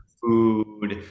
food